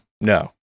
no